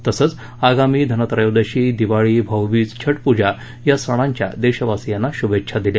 तसंच आगामी धनत्रयोदशी दिवाळी भाऊबीज छटपूजा या सणांच्या देशवासीयांना शुभेच्छा दिल्या